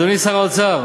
אדוני שר האוצר,